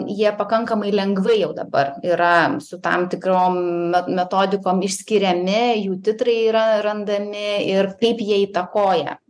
jie pakankamai lengvai jau dabar yra su tam tikrom metodikom išskiriami jų titrai yra randami ir kaip jie įtakoja